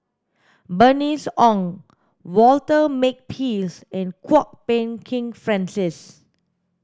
Bernice Ong Walter Makepeace and Kwok Peng Kin Francis